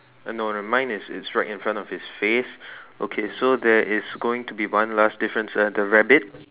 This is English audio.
uh no no mine is is right in front of his face okay so there is going to be one last difference ah the rabbit